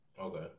Okay